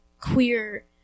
queer